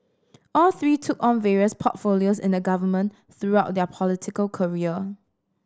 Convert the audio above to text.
all three took on various portfolios in the government throughout their political career